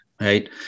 right